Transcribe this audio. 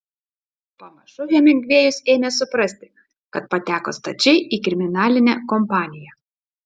pamažu hemingvėjus ėmė suprasti kad pateko stačiai į kriminalinę kompaniją